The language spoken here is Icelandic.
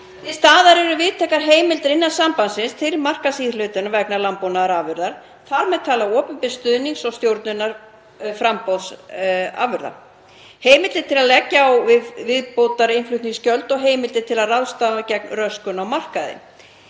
Til staðar eru víðtækar heimildir innan sambandsins til markaðsíhlutunar vegna landbúnaðarafurða, þar með talið til opinbers stuðnings og stjórnunar framboðs afurða, heimildir til að leggja á viðbótarinnflutningsgjöld og heimildir til ráðstafana gegn röskun á markaði.